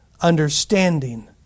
understanding